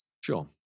Sure